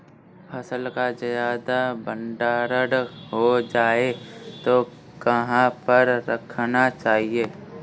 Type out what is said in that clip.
फसल का ज्यादा भंडारण हो जाए तो कहाँ पर रखना चाहिए?